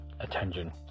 Attention